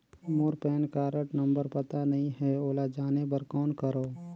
मोर pan card number पता नहीं है, ओला जाने बर कौन करो?